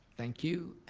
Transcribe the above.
thank you.